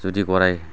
जुदि गराइ